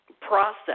process